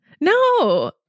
No